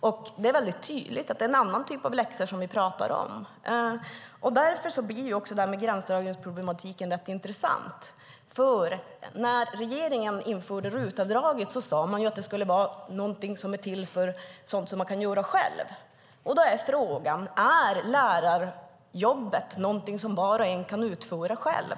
och det är tydligt att det är en annan typ av läxor vi pratar om. Därför blir gränsdragningsproblematiken ganska intressant. När regeringen införde RUT-avdraget sade man att det skulle vara till sådant som man kan göra själv. Är lärarjobbet något som var och en kan utföra själv?